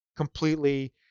completely